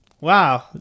Wow